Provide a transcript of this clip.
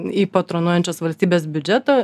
į patronuojančios valstybės biudžetą